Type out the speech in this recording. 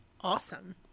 awesome